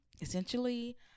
essentially